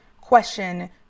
question